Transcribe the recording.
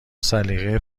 سلیقه